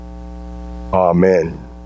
amen